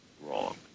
wrong